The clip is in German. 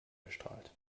bestrahlt